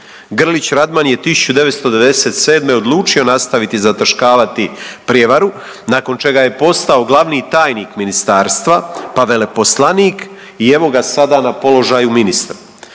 Grlić Radman je 1997. odlučio nastaviti zataškavati prijevaru nakon čega je postao glavni tajnik ministarstva, pa veleposlanik i evo ga sada na položaju ministra.